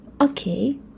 okay